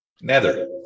Nether